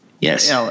yes